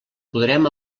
podrem